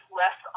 less